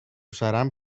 seran